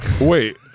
Wait